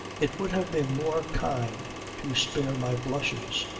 it would have been more kind to spare my blushes.